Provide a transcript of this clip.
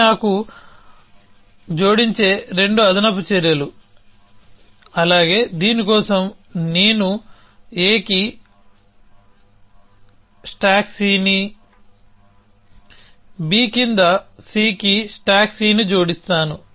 ఇవి నేను నాకి జోడించే రెండు అదనపు చర్యలు అలాగే దీని కోసం నేను Aకి స్టాక్ Cని B కింద Cకి స్టాక్ Cని జోడిస్తాను